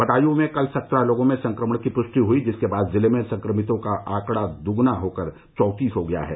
बदायूं में कल सत्रह लोगों में संक्रमण की पृष्टि हयी जिसके बाद जिले में संक्रमितों का आंकड़ा दोग्ना होकर चौंतीस हो गया है